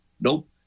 Nope